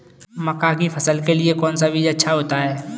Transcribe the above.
मक्का की फसल के लिए कौन सा बीज अच्छा होता है?